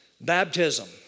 Baptism